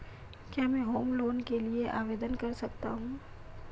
क्या मैं home loan के लिए आवेदन कर सकता हूं?